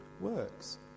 works